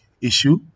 issue